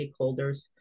stakeholders